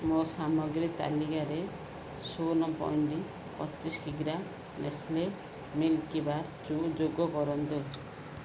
ମୋ ସାମଗ୍ରୀ ତାଲିକାରେ ପଚିଶ କିଗ୍ରା ନେସ୍ଲେ ମିଲ୍କି ବାର୍ ଚୂ ଯୋଗ କରନ୍ତୁ